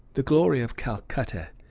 the glory of calcutta,